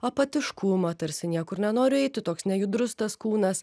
apatiškumą tarsi niekur nenoriu eiti toks nejudrus tas kūnas